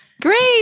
Great